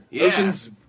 oceans